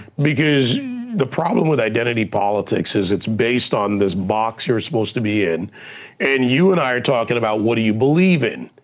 because the problem with identity politics is it's based on this box you're supposed to be in and you and i are talking about, what do you believe in,